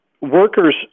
workers